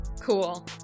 Cool